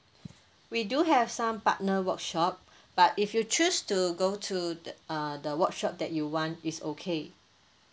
we do have some partner workshop but if you choose to go to the uh the workshop that you want it's okay